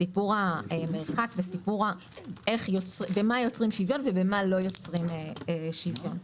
סיפור המרחק והשאלה במה יוצרים שוויון ובמה לא יוצרים שוויון.